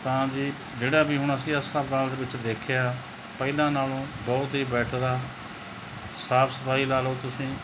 ਤਾਂ ਜੀ ਜਿਹੜਾ ਵੀ ਹੁਣ ਅਸੀਂ ਹਸਪਤਾਲਾਂ ਵਿੱਚ ਦੇਖਿਆ ਪਹਿਲਾਂ ਨਾਲੋਂ ਬਹੁਤ ਹੀ ਬੈਟਰ ਆ ਸਾਫ ਸਫਾਈ ਲਾ ਲਓ ਤੁਸੀਂ